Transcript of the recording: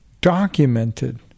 documented